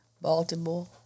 Baltimore